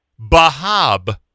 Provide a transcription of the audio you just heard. bahab